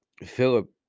Philip